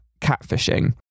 catfishing